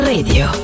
Radio